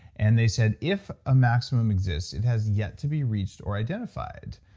and they said, if a maximum exists, it has yet to be reached or identified.